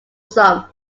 some